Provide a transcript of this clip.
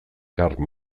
karl